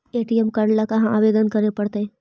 ATM card ल कहा आवेदन करे पड़तै?